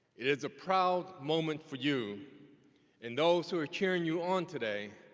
is a proud moment for you and those who are cheering you on today,